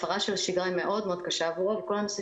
הפרה של השגרה היא קשה מאוד וכל הנושא